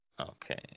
Okay